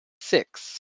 Six